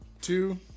two